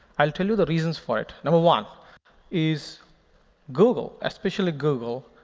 i'll tell you the reasons for it. number one is google, especially google,